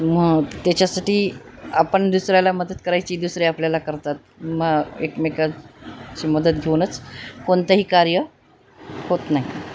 मग त्याच्यासाठी आपण दुसऱ्याला मदत करायची दुसरीे आपल्याला करतात मग एकमेकाची मदत घेऊनच कोणतंही कार्य होत नाही